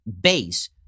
base